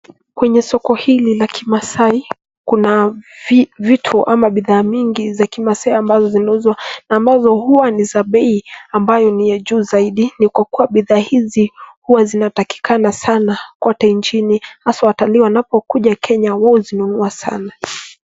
Kwenye soko hili la kimasai, kuna vitu ama bidhaa mingi za kimasai ambazo zinauzwa na ambazo huwa ni za bei ambayo ni ya juu zaidi ni kwa kuwa bidhaa hizi huwa zinatakikana sana kote nchini hasa watalii wanapokuja Kenya huwa wazinunua sana.